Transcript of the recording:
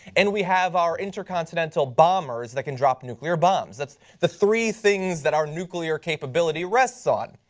and we have our intercontinental bombers that can drop nuclear bombs. that's the three things that our nuclear capability rests on.